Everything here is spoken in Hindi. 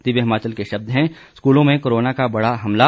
दिव्य हिमाचल के शब्द हैं स्कूलों में कोरोना का बड़ा हमला